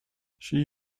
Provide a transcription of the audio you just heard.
she